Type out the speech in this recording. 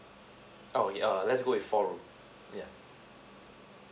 okay err let's go with four room yeah